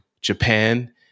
Japan